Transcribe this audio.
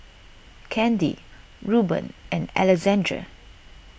Kandy Ruben and Alexandre